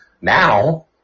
Now